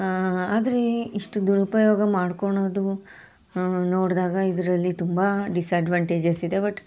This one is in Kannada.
ಆದರೆ ಇಷ್ಟು ದುರುಪಯೋಗ ಮಾಡ್ಕೊಳೋದು ನೋಡಿದಾಗ ಇದರಲ್ಲಿ ತುಂಬ ಡಿಸ್ಅಡ್ವಾನ್ಟೇಜಸ್ ಇದೆ ಬಟ್